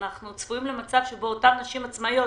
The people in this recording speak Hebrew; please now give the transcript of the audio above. אנחנו צפויים למצב שבו אותן נשים עצמאיות,